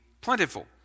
plentiful